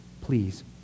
Please